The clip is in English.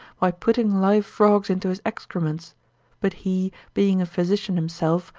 by putting live frog's into his excrements but he, being a physician himself,